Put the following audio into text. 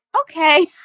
Okay